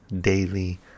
daily